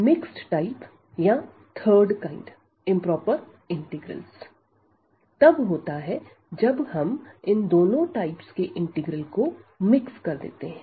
mixed type या third kind improper integrals तब होता है जब हम इन दोनों टाइप्स के इंटीग्रल को मिक्स कर देते हैं